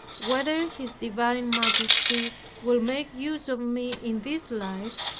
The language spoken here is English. whether his divine majesty will make use of me in this life,